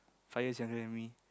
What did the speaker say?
five years younger than me